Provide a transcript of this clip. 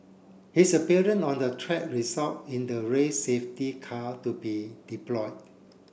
his appearance on the track result in the race safety car to be deployed